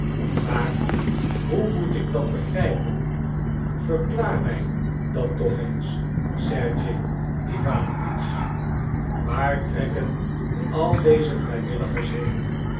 maar hoe moet ik dat begrijpen verklaar mij dat toch eens sergej iwanowitsch waar trekken al deze vrijwilligers heen